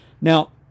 Now